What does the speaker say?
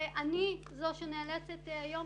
אני זו שנאלצת היום,